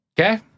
Okay